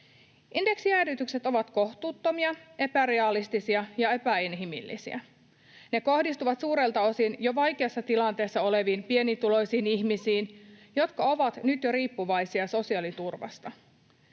Indeksijäädytykset ovat kohtuuttomia, epärealistisia ja epäinhimillisiä. Ne kohdistuvat suurelta osin jo vaikeassa tilanteessa oleviin pienituloisiin ihmisiin, jotka ovat jo nyt riippuvaisia sosiaaliturvasta.